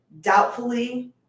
doubtfully